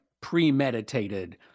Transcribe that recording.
premeditated